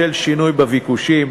בשל שינוי בביקושים,